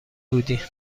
بودی